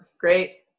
Great